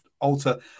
alter